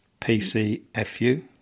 PCFU